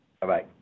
Bye-bye